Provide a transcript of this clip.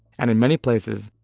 and in many places,